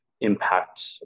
Impact